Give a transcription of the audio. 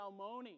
almoni